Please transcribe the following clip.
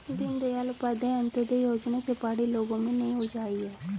दीनदयाल उपाध्याय अंत्योदय योजना से पहाड़ी लोगों में नई ऊर्जा आई है